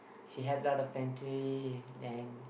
she help other country then